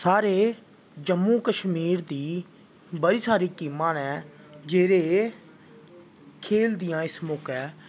साढ़े जम्मू कश्मीर दी बड़ी सारी टीमां न जेह्ड़े खेलदियां इस मौकै